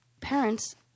parents